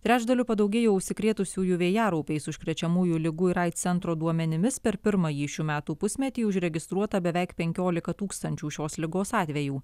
trečdaliu padaugėjo užsikrėtusiųjų vėjaraupiais užkrečiamųjų ligų ir aids centro duomenimis per pirmąjį šių metų pusmetį užregistruota beveik penkiolika tūkstančių šios ligos atvejų